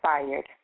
inspired